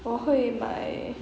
我会买